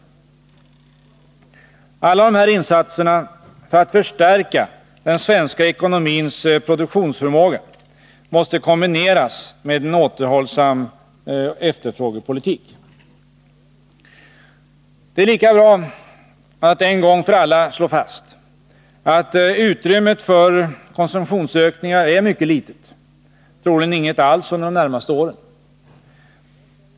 Alla de här insatserna för att förstärka den svenska ekonomins produktionsförmåga måste kombineras med en återhållsam efterfrågepolitik. Det är lika bra att en gång för alla slå fast, att utrymmet för konsumtionsökningar är mycket litet, troligen inget alls under de närmaste åren.